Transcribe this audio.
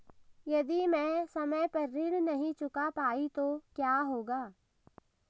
यदि मैं समय पर ऋण नहीं चुका पाई तो क्या होगा?